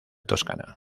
toscana